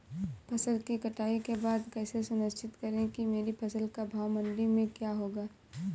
फसल की कटाई के बाद कैसे सुनिश्चित करें कि मेरी फसल का भाव मंडी में क्या होगा?